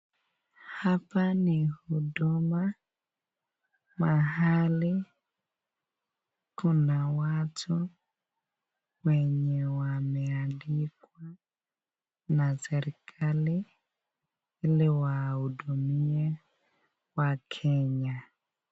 Hapa ni huduma mahali kuna watu wenye wameandikwa na serekali iliwahudumie wakenya.